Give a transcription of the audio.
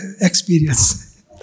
experience